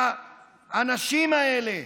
האנשים האלה,